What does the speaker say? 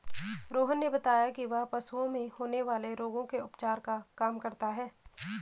रोहन ने बताया कि वह पशुओं में होने वाले रोगों के उपचार का काम करता है